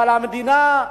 אבל המדינה,